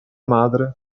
madre